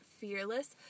fearless